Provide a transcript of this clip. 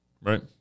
Right